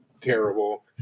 terrible